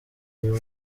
uyu